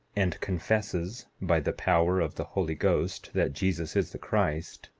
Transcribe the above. and confesses by the power of the holy ghost that jesus is the christ,